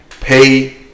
Pay